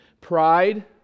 pride